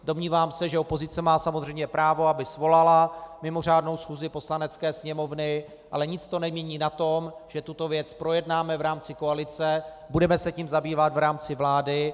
Domnívám se, že opozice má samozřejmě právo, aby svolala mimořádnou schůzi Poslanecké sněmovny, ale nic to nemění na tom, že tuto věc projednáme v rámci koalice, budeme se tím zabývat v rámci vlády.